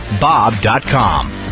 Bob.com